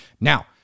Now